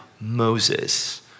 Moses